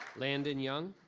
landon young.